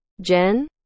Jen